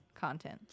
content